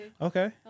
Okay